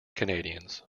canadians